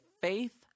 faith